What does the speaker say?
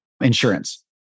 insurance